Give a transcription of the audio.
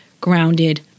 grounded